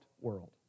world